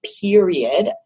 period